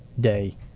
day